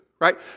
right